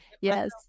Yes